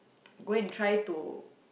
go and try to